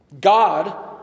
God